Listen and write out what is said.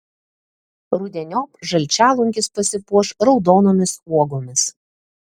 rudeniop žalčialunkis pasipuoš raudonomis uogomis